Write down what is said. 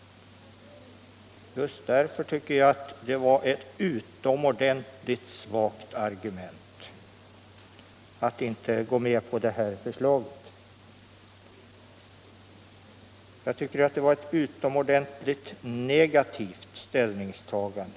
Just därför tycker jag att det är ett utomordentligt svagt argument för att inte gå med på vårt förslag som herr Karlsson kom med. Det var verkligen ett negativt ställningstagande.